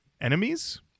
enemies